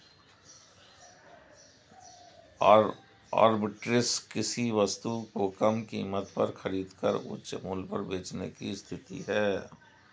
arbitrage किसी वस्तु को कम कीमत पर खरीद कर उच्च मूल्य पर बेचने की स्थिति है